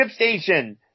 ShipStation